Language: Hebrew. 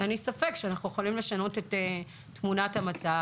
אין לי ספק שאנחנו יכולים לשנות את תמונת המצב,